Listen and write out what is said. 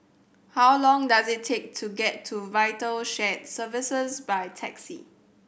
how long does it take to get to Vital Shared Services by taxi